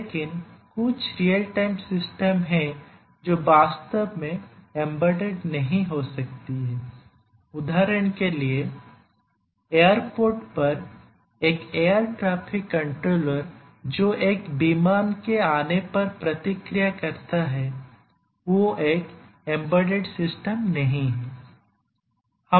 लेकिन कुछ real time system हैं जो वास्तव में एम्बेडेड नहीं हो सकती हैं उदाहरण के लिएएयरपोर्ट पर एक एयर ट्रेफिक कंट्रोलर जो एक विमान के आने पर प्रतिक्रिया करता है वह एक एम्बेडेड सिस्टम नहीं है